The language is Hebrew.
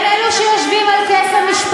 שבי במקומך ותגידי את מה שאת רוצה כאשר את יושבת.